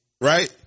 right